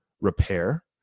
repair